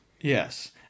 Yes